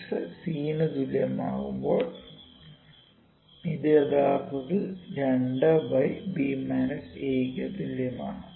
x c ന് തുല്യം ആകുമ്പോൾ ഇത് യഥാർത്ഥത്തിൽ 2 ബൈ b മൈനസ് a തുല്യമാണ്